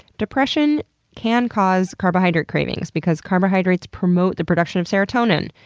depression can cause carbohydrate cravings, because carbohydrates promote the production of serotonin,